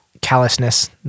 callousness